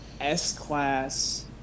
S-Class